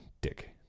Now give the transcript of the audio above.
Dick